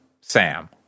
Sam